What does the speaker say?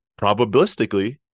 probabilistically